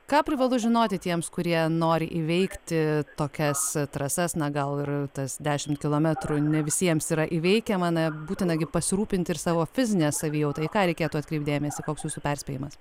ką privalu žinoti tiems kurie nori įveikti tokias trasas na gal ir tas dešimt kilometrų ne visiems yra įveikiama na būtina gi pasirūpinti ir savo fizine savijauta į ką reikėtų atkreipt dėmesį koks jūsų perspėjimas